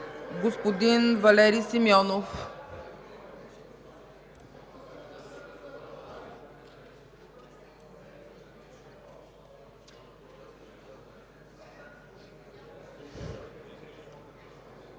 господин Валери Симеонов.